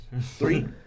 Three